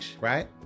right